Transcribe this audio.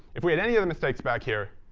if we had any of the mistakes back here,